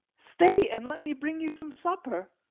stay, and let me bring you some supper.